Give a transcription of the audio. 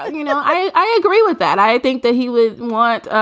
you know, i agree with that. i think that he would want